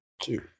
two